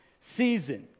season